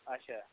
اچھا